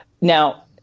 now